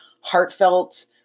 heartfelt